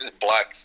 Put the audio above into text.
black